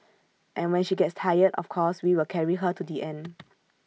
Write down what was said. and when she gets tired of course we will carry her to the end